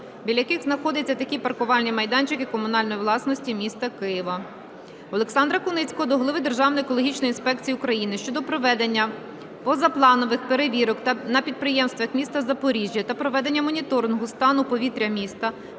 біля яких знаходяться такі паркувальні майданчики комунальної власності міста Києва. Олександра Куницького до голови Державної екологічної інспекції України щодо проведення позапланових перевірок на підприємствах міста Запоріжжя та проведення моніторингу стану повітря міста,